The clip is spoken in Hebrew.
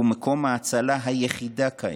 הוא מקום ההצלה היחידה כעת.